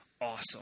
awesome